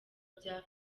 bya